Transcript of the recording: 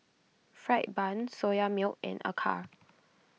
Fried Bun Soya Milk and Acar